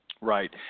right